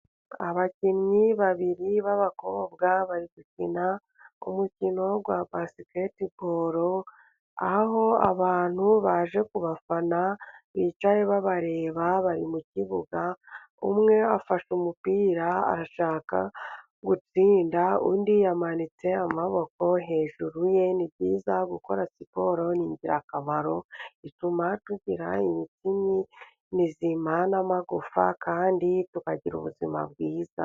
Abakinnyi babiri b'abakobwa bari gukina, umukino wa basiketiboro, aho abantu baje kubafana bicaye babareba bari mu kibuga, umwe afashe umupira arashaka gustinda, undi yamanitse amaboko hejuru ye, nibyiza gukora siporo ni ingirakamaro bituma tugira imitsi mizima n'amagufa kandi tukagira ubuzima bwiza.